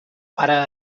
pare